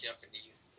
Japanese